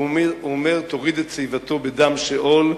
הוא אומר: תוריד את "שיבתו בדם שאול",